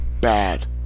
bad